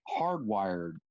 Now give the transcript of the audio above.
hardwired